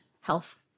health